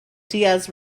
diaz